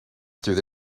through